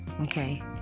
Okay